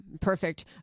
perfect